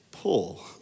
pull